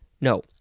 no